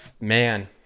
Man